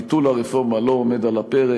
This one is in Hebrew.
ביטול הרפורמה לא עומד על הפרק.